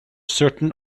certain